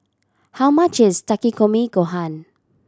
how much is Takikomi Gohan